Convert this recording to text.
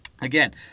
again